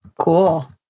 Cool